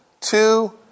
two